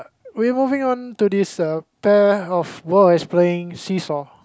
we moving on to this uh pair of boys playing seesaw